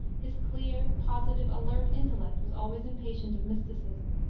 his clear, positive, alert intellect was always impatient of mysticism.